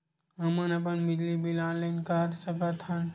हमन अपन बिजली बिल ऑनलाइन कर सकत हन?